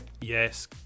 Yes